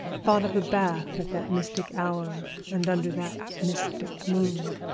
thought of a bath at that mystic hour and under that mystic moon.